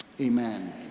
Amen